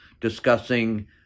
discussing